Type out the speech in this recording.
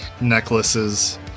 necklaces